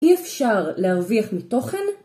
אי אפשר להרוויח מתוכן